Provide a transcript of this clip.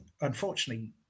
unfortunately